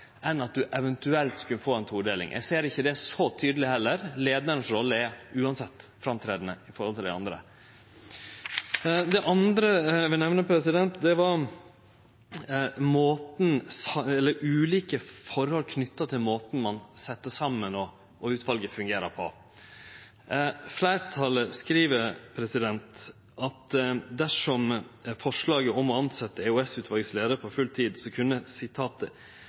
enn for ei eventuell todeling. Eg ser ikkje det så tydeleg heller. Rolla til leiaren er uansett førande i forhold til dei andre. Det andre eg ville nemne, var ulike forhold knytte til måten utvalet er sett saman på, og korleis utvalet fungerer. Fleirtalet skriv, når det gjeld forslaget om å tilsetje EOS-utvalets leiar på